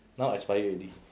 now expire already